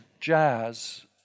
jazz